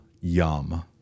yum